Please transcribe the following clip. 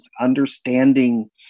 Understanding